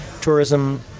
tourism